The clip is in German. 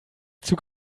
zug